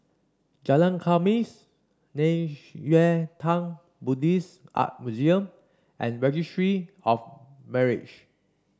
Jalan Khamis Nei Xue Tang Buddhist Art Museum and Registry of Marriage